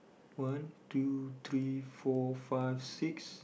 one two three four five six